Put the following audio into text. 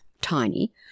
Tiny